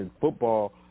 football